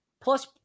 plus